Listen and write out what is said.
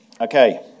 Okay